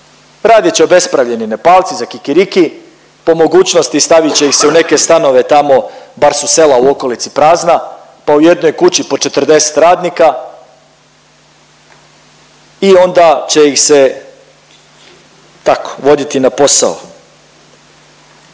Radit će obespravljeni Nepalci za kikiriki, po mogućnosti, stavit će ih se u neke stanove tamo, par su sela u okolici prazna pa u jednoj kući po 40 radnika i onda će ih se tako, voditi na posao.